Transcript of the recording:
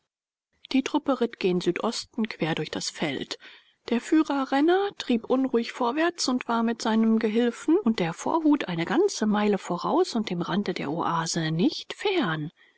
die truppe ritt gen südosten quer durch das veld der führer renner trieb unruhig vorwärts und war mit seinem gehilfen und der vorhut eine ganze meile voraus und dem rande der oase nicht fern